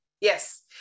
Yes